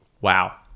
Wow